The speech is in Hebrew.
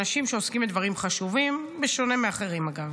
אנשים שעוסקים בדברים חשובים, בשונה מאחרים, אגב.